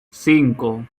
cinco